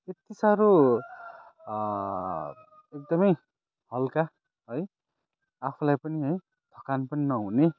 यति सारो एकदमै हलका है आफूलाई पनि है थकान पनि नहुने